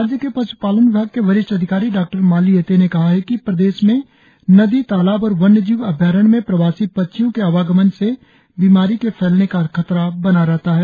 राज्य के पश्पालन विभाग के वरिष्ठ अधिकारी डॉ माली एते ने कहा है कि प्रदेश में नदी तालाब और वन्यजीव अभ्यारण्य में प्रवासी पक्षियों के आवागमन से बीमारी के फैलने का खतरा बना रहता है